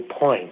point